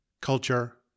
Culture